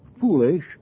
foolish